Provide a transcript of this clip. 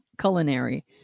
culinary